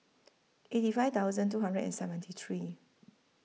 eighty five thousand two hundred and seventy three